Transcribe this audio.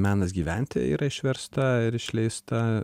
menas gyventi yra išversta ir išleista